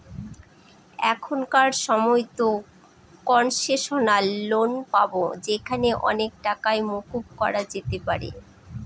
এখনকার সময়তো concessional loan পাবো যেখানে অনেক টাকাই মকুব করা যেতে পারে